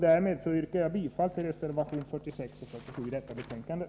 Därmed yrkar jag bifall till reservationerna 46 och 47 i betänkandet.